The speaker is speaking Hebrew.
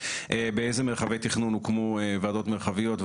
באילו מרחבי תכנון הוקמו ועדות מרחביות,